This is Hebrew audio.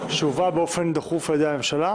שהובאה באופן דחוף על-ידי הממשלה